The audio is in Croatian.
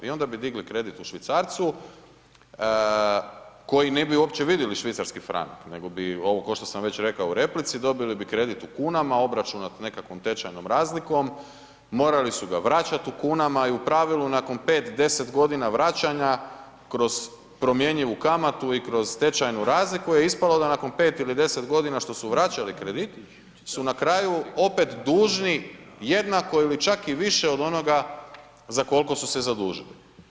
I onda bi digli kredit u švicarcu, koji ne bi uopće vidjeli švicarski franak nego bi ovo košta, sam već rekao u replici, dobili bi kredit u kunama, obračun o nekakvom tečajnoj razlikom morali su ga vraćati u kunama i u pravilu nakon 5-10 godina vraćanja, kroz promjenjivu kamatu i kroz tečajnu razliku, je ispalo da nakon 5 ili 10 godina što su vraćali kredit su na kraju opet dužni jednako ili čak i više od onoga za koliko su se zadužili.